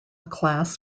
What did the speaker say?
class